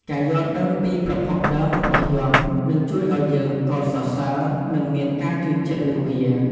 ការយល់ដឹងពីប្រភពដើមរបស់យ័ន្ត នឹងជួយឱ្យយើងកោតសរសើ និងមានការជឿជាក់លើវា។